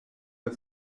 the